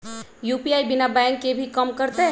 UPI बिना bank के भी कम करतै?